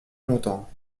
longtemps